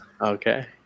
Okay